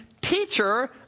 Teacher